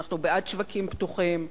ואנחנו בעד שווקים פתוחים,